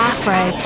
Afro